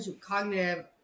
cognitive